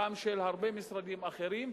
גם של הרבה משרדים אחרים,